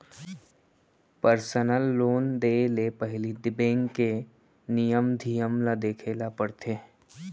personal loan देय ले पहिली बेंक के नियम धियम ल देखे ल परथे